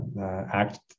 ACT